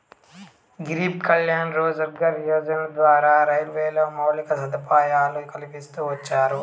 గరీబ్ కళ్యాణ్ రోజ్గార్ యోజన ద్వారా రైల్వేలో మౌలిక సదుపాయాలు కల్పిస్తూ వచ్చారు